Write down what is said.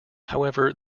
however